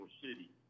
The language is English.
city